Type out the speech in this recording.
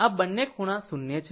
આમ બંને ખૂણા 0 છે